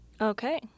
Okay